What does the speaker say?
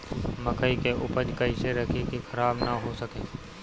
मकई के उपज कइसे रखी की खराब न हो सके?